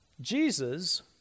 Jesus